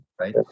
Right